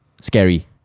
scary